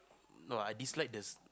no I dislike the